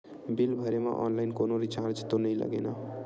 Bill भरे मा online कोनो चार्ज तो नई लागे ना?